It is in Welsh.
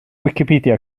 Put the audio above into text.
wicipedia